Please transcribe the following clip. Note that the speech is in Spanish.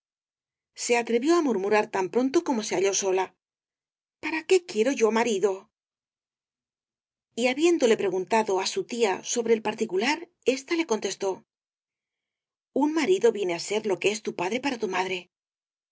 se atrevió á murmurar tan pronto como se halló sola para qué quiero yo marido y habiéndole preguntado á su tía sobre el particular ésta le contestó un marido viene á ser lo que es tu padre para tu madre